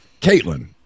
Caitlin